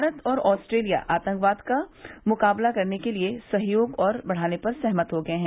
भारत और ऑस्ट्रेलिया आतंकवाद का मुकाबला करने के लिए सहयोग और बढ़ाने पर सहमत हो गये हैं